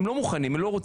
הם לא מוכנים, לא רוצים.